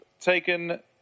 taken